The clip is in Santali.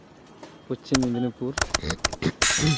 ᱯᱚᱪᱷᱤᱢ ᱢᱮᱫᱽᱱᱤᱯᱩᱨ